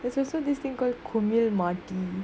it's also this thing call komilmaati